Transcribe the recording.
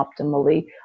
optimally